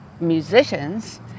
musicians